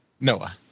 Noah